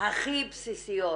הכי בסיסיות